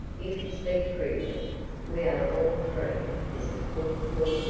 you can speak freely we are all three mr. portlethorpe,